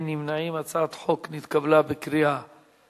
ההצעה להעביר את הצעת חוק שירותי הסעד (תיקון מס' 7)